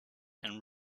and